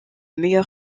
meilleur